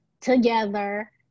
together